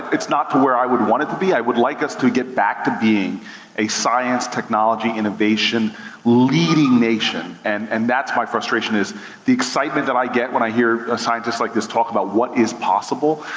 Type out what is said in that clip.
it's not to where i would want it to be, i would like us to get back to being a science, technology, innovation leading nation, and and that's my frustration. is the excitement that i get when i hear a scientist like this talk about what is possible,